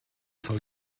soll